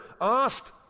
asked